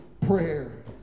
prayer